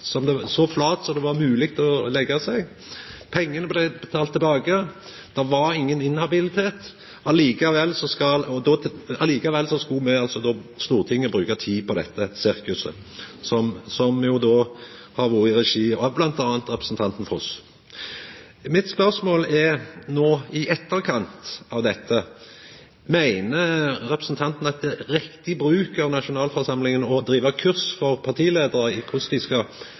seg flat, så flat som det var mogleg å leggja seg. Pengane blei betalte tilbake. Det var ingen inhabilitet. Likevel skal Stortinget bruka tid på dette sirkuset, som har vore i regi av bl.a. representanten Foss. Mitt spørsmål er: I etterkant av dette, meiner representanten at det er riktig bruk av nasjonalforsamlinga å driva kurs for